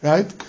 Right